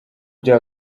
bya